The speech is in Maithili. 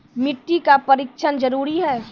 मिट्टी का परिक्षण जरुरी है?